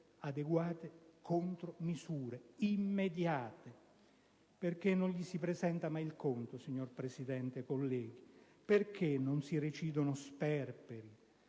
immediate contromisure. Perché non le si presenta mai il conto, signor Presidente, colleghi? Perché non si recidono sperperi